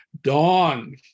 dawn